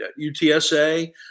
UTSA